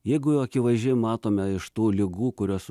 jeigu akivaizdžiai matome iš tų ligų kurios